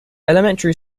elementary